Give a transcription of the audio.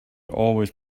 always